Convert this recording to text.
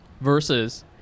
versus